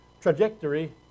trajectory